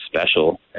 special